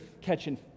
catching